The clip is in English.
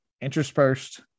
interspersed